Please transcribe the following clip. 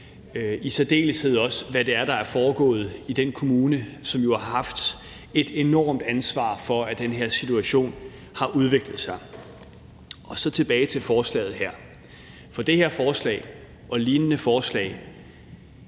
i særdeleshed også hvad det er, der er foregået i den kommune, som jo har haft et enormt ansvar for, at den her situation har udviklet sig. Så tilbage til forslaget her, for det her forslag og lignende forslag